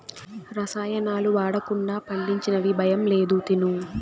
రసాయనాలు వాడకుండా పండించినవి భయం లేదు తిను